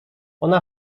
ona